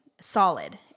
solid